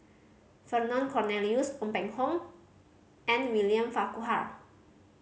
Vernon Cornelius Ong Peng Hock and William Farquhar